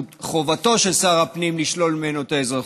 חובתו של שר הפנים לשלול ממנו את האזרחות.